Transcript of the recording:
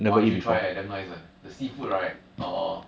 !wah! you should try leh damn nice leh the seafood right err